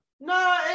no